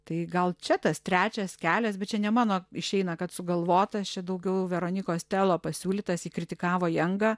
tai gal čia tas trečias kelias bet čia ne mano išeina kad sugalvotas čia daugiau veronikos telo pasiūlytas ji kritikavo jangą